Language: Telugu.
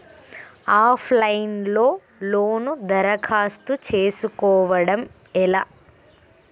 ఆఫ్ లైన్ లో లోను దరఖాస్తు చేసుకోవడం ఎలా?